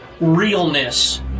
realness